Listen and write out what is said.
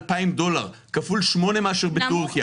ל-2,000 דולר כפול שמונה מאשר בטורקיה.